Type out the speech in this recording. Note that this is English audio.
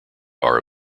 are